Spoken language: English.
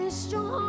strong